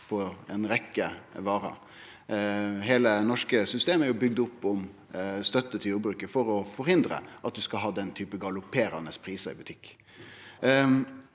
på ei rekkje varer. Heile det norske systemet er bygd opp om støtte til jordbruket, for å forhindre at ein skal ha den typen galopperande prisar i butikk.